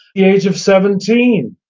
the age of seventeen,